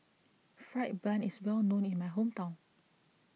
Fried Bun is well known in my hometown